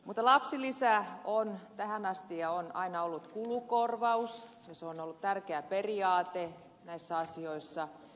mutta lapsilisä on tähän asti aina ollut kulukorvaus siis se on ollut tärkeä periaate näissä asioissa